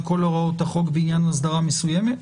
כל הוראות החוק בעניין אסדרה מסוימת?